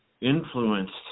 influenced